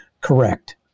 correct